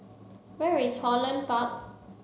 where is Holland Park